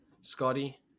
Scotty